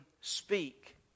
speak